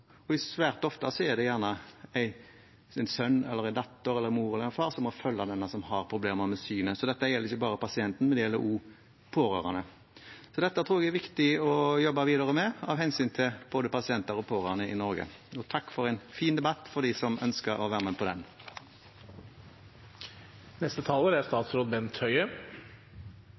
Svært ofte er det gjerne en sønn, en datter, en mor eller en far som må følge den som har problemer med synet. Så dette gjelder ikke bare pasienten, det gjelder også pårørende. Jeg tror det er viktig å jobbe videre med dette av hensyn til både pasienter og pårørende i Norge. Takk for en fin debatt for dem som ønsket å være med på den.